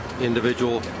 individual